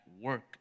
work